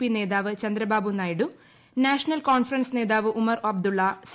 P നേതാവ് Chandrababu Naidu National Conference നേതാവ് Omar Abdullah C